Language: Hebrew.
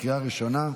לקריאה הראשונה.